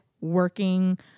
working